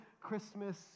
Christmas